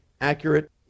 accurate